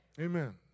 Amen